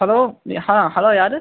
hello ஹா hello யார்